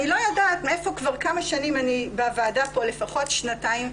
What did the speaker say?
אני בוועדה פה לפחות שנתיים,